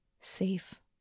safe